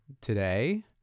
today